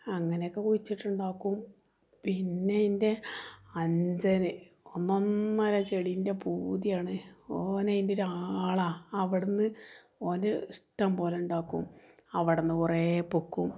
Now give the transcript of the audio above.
അങ്ങനെക്കെ വച്ചിട്ടുണ്ടാകും പിന്നെ ഇൻ്റെ അനുജന് ഒന്നൊന്നര ചെടീൻ്റെ പൂതിയാണ് അവനതിൻറ്റൊരാളാണ് അവിടുന്ന് അവന് ഇഷ്ടംപോലെ ഉണ്ടാക്കും അവിടുന്ന് കുറേ പൊക്കും